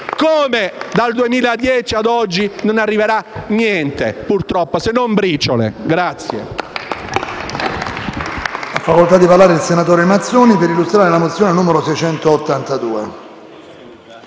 come dal 2010 ad oggi, non arriverà niente, purtroppo, se non briciole!